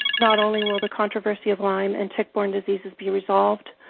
not only will the controversy of lyme and tick-borne diseases be resolved,